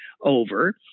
over